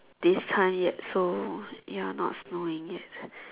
this time yet so ya not snowing yet